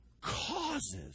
causes